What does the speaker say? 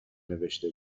نوشته